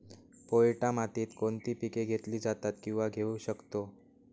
पोयटा मातीत कोणती पिके घेतली जातात, किंवा घेऊ शकतो?